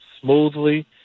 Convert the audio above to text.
smoothly